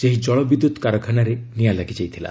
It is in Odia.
ସେହି ଜଳ ବିଦ୍ୟତ୍ କାରଖାନାରେ ନିଆଁ ଲାଗିଯାଇଥିଲା